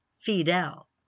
Fidel